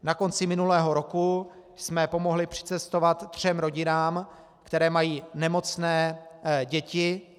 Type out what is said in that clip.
Na konci minulého roku jsme pomohli přicestovat třem rodinám, které mají nemocné děti.